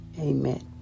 amen